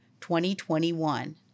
2021